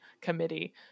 committee